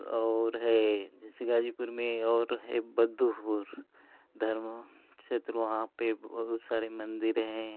और है जैसे गाजीपुर में और है बद्दोपुर धर्म क्षेत्र वहाँ पर बहुत सारे मंदिर हैं